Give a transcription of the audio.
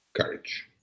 courage